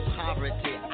poverty